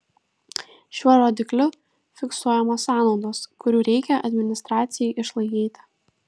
šiuo rodikliu fiksuojamos sąnaudos kurių reikia administracijai išlaikyti